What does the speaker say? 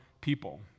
people